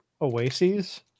oases